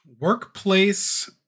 workplace